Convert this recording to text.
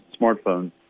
smartphones